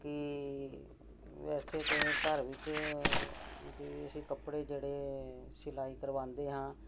ਕਿ ਵੈਸੇ ਤਾਂ ਘਰ ਵਿੱਚ ਕਿ ਅਸੀਂ ਕੱਪੜੇ ਜਿਹੜੇ ਸਿਲਾਈ ਕਰਵਾਉਂਦੇ ਹਾਂ